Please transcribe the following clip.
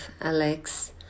Alex